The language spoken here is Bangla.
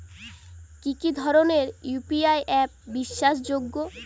কি কি ধরনের ইউ.পি.আই অ্যাপ বিশ্বাসযোগ্য?